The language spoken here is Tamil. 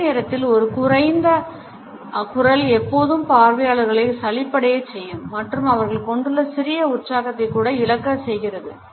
அதே நேரத்தில் ஒரு குறைந்த குரல் எப்போதும் பார்வையாளர்களை சலிப்படையச் செய்யும் மற்றும் அவர்கள் கொண்டுள்ள சிறிய உற்சாகத்தையும் கூட இழக்க செய்கிறது